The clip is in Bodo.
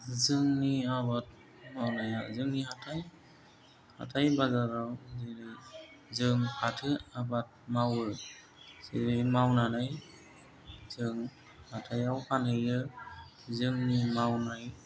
जोंनि आबाद मावनाया जोंनि हाथाइ हाथाइ बाजाराव जेरै जों फाथो आबाद मावो जेरै मावनानै जों हाथाइआव फानहैयो जोंनि मावनाय